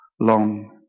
long